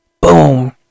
boom